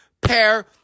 pair